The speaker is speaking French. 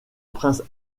prince